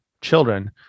children